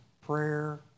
prayer